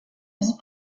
vie